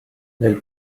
nel